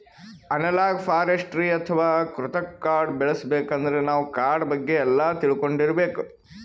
analogue forestry ಅಥವಾ ಕೃತಕ್ ಕಾಡ್ ಬೆಳಸಬೇಕಂದ್ರ ನಾವ್ ಕಾಡ್ ಬಗ್ಗೆ ಎಲ್ಲಾ ತಿಳ್ಕೊಂಡಿರ್ಬೇಕ್